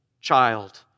child